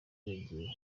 wibagiwe